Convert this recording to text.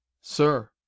Sir